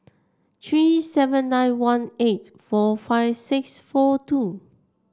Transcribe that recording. three seven nine one eight four five six four two